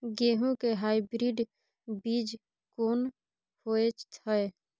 गेहूं के हाइब्रिड बीज कोन होय है?